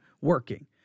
working